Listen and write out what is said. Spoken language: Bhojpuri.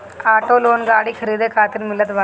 ऑटो लोन गाड़ी खरीदे खातिर मिलत बाटे